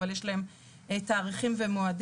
אבל יש להם תאריכים ומועדים.